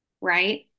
right